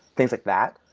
things like that.